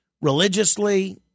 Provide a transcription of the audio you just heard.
religiously